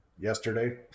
yesterday